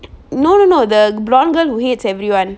no no no the blonde girl who hates everyone